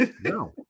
No